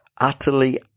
utterly